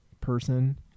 person